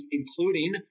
including